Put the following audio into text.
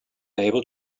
able